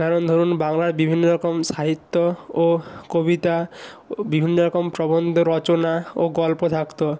কারণ ধরুন বাংলার বিভিন্ন রকম সাহিত্য ও কবিতা ও বিভিন্ন রকম প্রবন্ধ রচনা ও গল্প থাকত